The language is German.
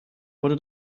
wurde